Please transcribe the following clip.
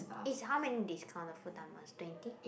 is how many discount the full timers twenty